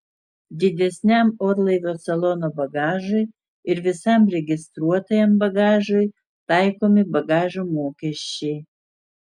didesniam orlaivio salono bagažui ir visam registruotajam bagažui taikomi bagažo mokesčiai